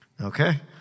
Okay